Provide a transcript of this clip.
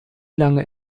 lange